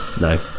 no